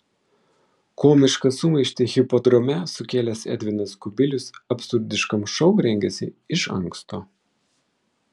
komišką sumaištį hipodrome sukėlęs edvinas kubilius absurdiškam šou rengėsi iš anksto